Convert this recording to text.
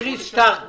איריס שטרק בזום?